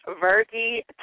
Virgie